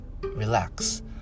relax